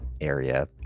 area